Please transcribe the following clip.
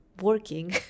working